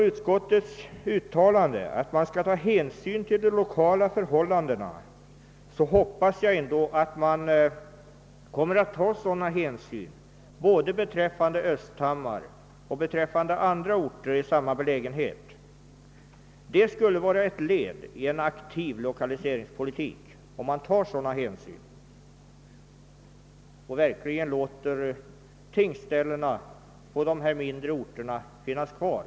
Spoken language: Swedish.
Utskottet säger att man skall ta hänsyn till lokala förhållanden, och jag hoppas därför att så kommer att bli fallet beträffande både Östhammar och andra orter i samma belägenhet. Att ta sådana hänsyn skulle vara ett led i en aktiv lokaliseringspolitik. Jag hoppas att man verkligen låter tingsrätterna på dessa mindre orter finnas kvar.